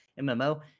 mmo